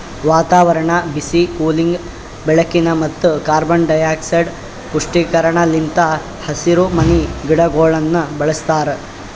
ವಾತಾವರಣ, ಬಿಸಿ, ಕೂಲಿಂಗ್, ಬೆಳಕಿನ ಮತ್ತ ಕಾರ್ಬನ್ ಡೈಆಕ್ಸೈಡ್ ಪುಷ್ಟೀಕರಣ ಲಿಂತ್ ಹಸಿರುಮನಿ ಗಿಡಗೊಳನ್ನ ಬೆಳಸ್ತಾರ